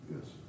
Yes